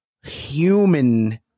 human